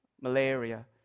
malaria